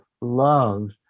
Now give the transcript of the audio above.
love